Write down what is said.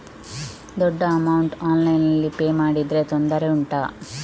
ದೊಡ್ಡ ಅಮೌಂಟ್ ಆನ್ಲೈನ್ನಲ್ಲಿ ಪೇ ಮಾಡಿದ್ರೆ ತೊಂದರೆ ಉಂಟಾ?